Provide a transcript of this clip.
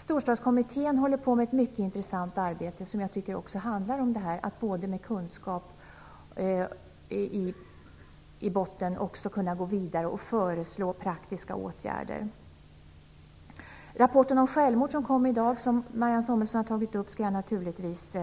Storstadskommitten håller på med ett mycket intressant arbete som handlar om att med kunskap i botten gå vidare och föreslå praktiska åtgärder. Rapporten om självmord som kom i dag och som Marianne Samuelsson tog upp skall jag naturligtvis